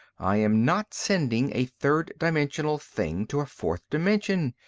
i am not sending a third-dimensional thing to a fourth dimension.